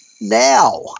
now